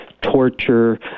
torture